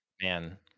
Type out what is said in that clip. man